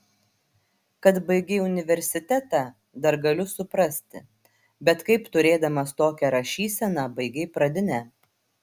kad baigei universitetą dar galiu suprasti bet kaip turėdamas tokią rašyseną baigei pradinę